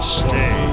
stay